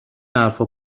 حرفها